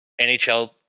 nhl